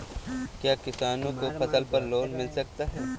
क्या किसानों को फसल पर लोन मिल सकता है?